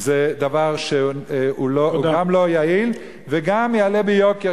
זה דבר שהוא גם לא יעיל וגם יעלה ביוקר,